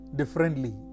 differently